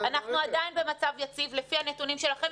אנחנו עדיין במצב יציב לפי הנתונים שלכם.